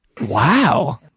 Wow